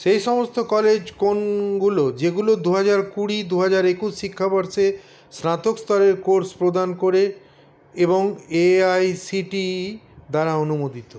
সেই সমস্ত কলেজ কোনগুলো যেগুলো দুহাজার কুড়ি দুহাজার একুশ শিক্ষাবর্ষে স্নাতক স্তরের কোর্স প্রদান করে এবং A I C T E দ্বারা অনুমোদিত